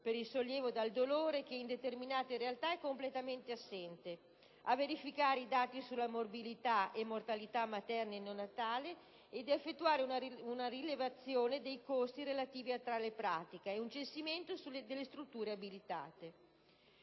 per il sollievo dal dolore che in determinate realtà è completamente assente; a verificare i dati sulla morbilità e mortalità materna e neonatale e ad effettuare una rilevazione dei costi relativi a tale pratica e un censimento delle strutture abilitate;